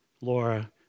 Laura